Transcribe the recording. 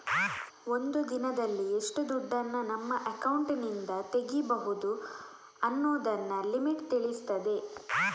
ಒಂದು ದಿನದಲ್ಲಿ ಎಷ್ಟು ದುಡ್ಡನ್ನ ನಮ್ಮ ಅಕೌಂಟಿನಿಂದ ತೆಗೀಬಹುದು ಅನ್ನುದನ್ನ ಲಿಮಿಟ್ ತಿಳಿಸ್ತದೆ